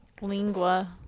lingua